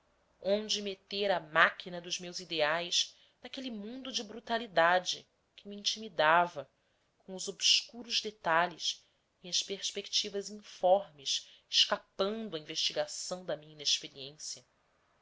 onde meter a máquina dos meus ideais naquele mundo de brutalidade que me intimidava com os obscuros detalhes e as perspectivas informes escapando à investigação da minha inexperiência